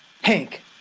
Hank